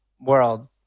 world